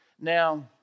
Now